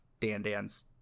Dandans